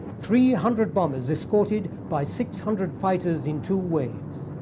three hundred bombers escorted by six hundred fighters in two waves.